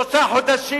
שלושה חודשים?